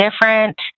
different